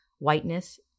whiteness